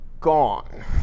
gone